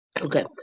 Okay